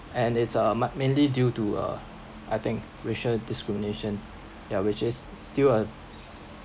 and it's uh ma~ mainly due to a I think racial discrimination ya which is still a